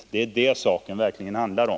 Det är det saken handlar om.